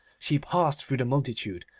she passed through the multitude,